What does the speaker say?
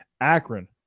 Akron